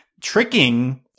tricking